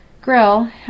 Grill